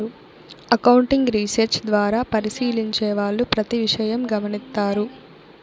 accounting research ద్వారా పరిశీలించే వాళ్ళు ప్రతి విషయం గమనిత్తారు